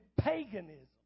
paganism